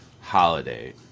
holiday